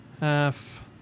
Half